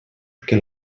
que